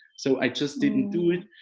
so i just didn't do it.